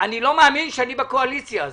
אני לא מאמין שאני בקואליציה הזאת.